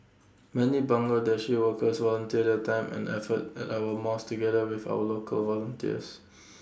many Bangladeshi workers volunteer their time and effort at our mosques together with other local volunteers